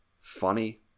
funny